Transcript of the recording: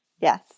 Yes